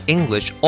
English